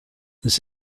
this